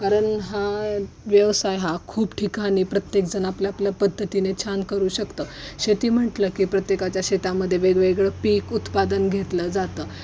कारण हा व्यवसाय हा खूप ठिकाणी प्रत्येकजण आपल्या आपल्या पद्धतीने छान करू शकतं शेती म्हटलं की प्रत्येकाच्या शेतामध्ये वेगवेगळं पिक उत्पादन घेतलं जातं